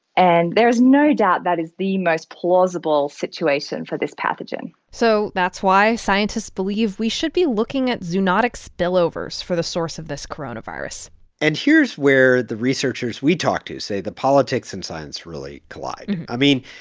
and there's no doubt that is the most plausible situation for this pathogen so that's why scientists believe we should be looking at zoonotic spillovers for the source of this coronavirus and here's where the researchers we talk to say the politics and science really collide. i mean,